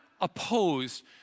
opposed